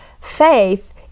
faith